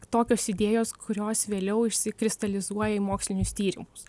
tokios idėjos kurios vėliau išsikristalizuoja į mokslinius tyrimus